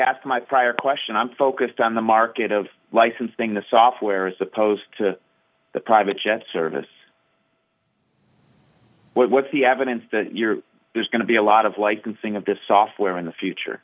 asked my prior question i'm focused on the market of licensing the software is supposed to the private jet service what's the evidence that you're going to be a lot of like thing of the software in the future